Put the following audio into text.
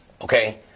okay